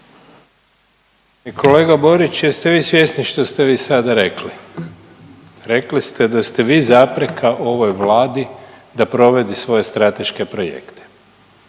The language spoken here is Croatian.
Kolega Borić jeste vi svjesni što ste vi sada rekli? Rekli ste da ste vi zapreka ovoj Vladi da provodi svoje strateške projekte.